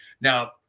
now